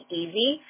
easy